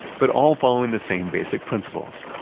but all following the same basic principles.